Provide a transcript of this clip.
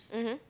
mmhmm